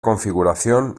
configuración